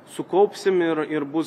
sukaupsim ir ir bus